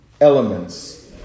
elements